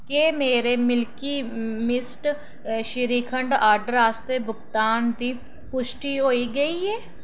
केह् मेरे milky mist shrikhand order आस्तै भुगतान दी पुश्टि होई गेई ऐ